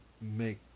make